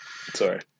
Sorry